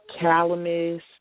calamus